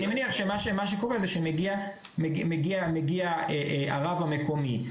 -- שמה שקורה שמגיע הרב המקומי,